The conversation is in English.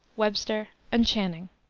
webster, and channing.